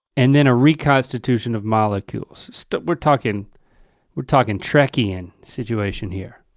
and then a reconstitution of molecules. we're talking we're talking tricky in situation here.